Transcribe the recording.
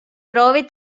proovi